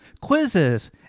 quizzes